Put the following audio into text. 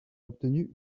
obtenu